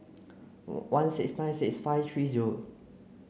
one six nine six five three zero